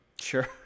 Sure